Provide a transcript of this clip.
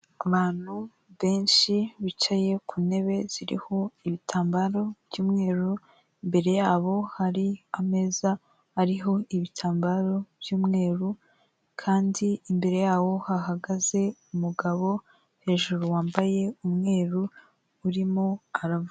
Abantu benshi bicaye ku ntebe ziriho ibitambaro by'umweru imbere yabo hari ameza ariho ibitambaro by'umweru kandi imbere yaho hahagaze umugabo hejuru wambaye umweru urimo aravuga.